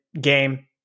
game